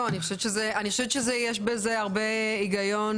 אני חושבת שיש בזה הרבה היגיון